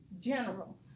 general